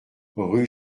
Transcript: rue